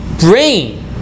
brain